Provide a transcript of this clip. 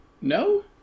No